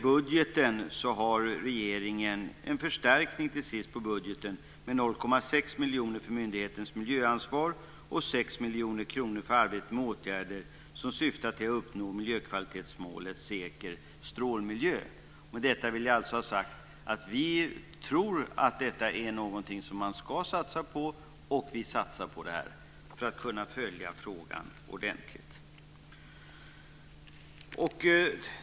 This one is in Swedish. Budgeten har regeringen förstärkt med 0,6 miljoner för myndighetens miljöansvar och 6 miljoner kronor för arbete med åtgärder som syftar till att uppnå miljökvalitetsmålet Säker strålmiljö. Med detta vill jag alltså ha sagt att vi tror att detta är någonting som man ska satsa på, och vi satsar på det för att kunna följa frågan ordentligt.